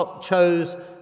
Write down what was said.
chose